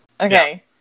Okay